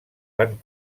van